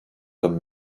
comme